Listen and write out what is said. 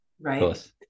Right